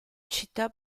città